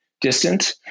distant